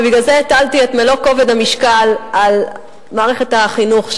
ובגלל זה הטלתי את כל כובד המשקל על מערכת החינוך,